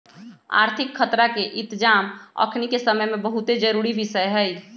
आर्थिक खतरा के इतजाम अखनीके समय में बहुते जरूरी विषय हइ